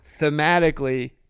Thematically